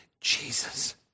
Jesus